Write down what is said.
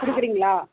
கொடுக்குறீங்களா